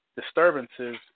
disturbances